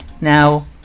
Now